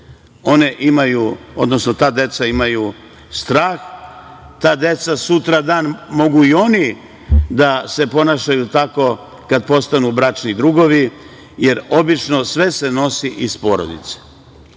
takvim porodicama, ta deca imaju strah, ta deca sutra dan mogu i oni da se ponašaju tako kada postanu bračni drugovi, jer obično sve se nosi iz porodice.